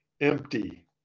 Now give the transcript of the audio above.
empty